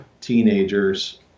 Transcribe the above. teenagers